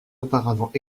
auparavant